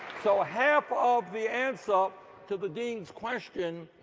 so ah half of the answer to the dean's question